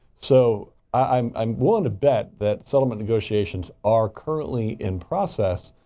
so i'm, i'm willing to bet that settlement negotiations are currently in process,